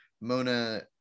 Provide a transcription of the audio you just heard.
Mona